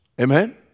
Amen